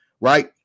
right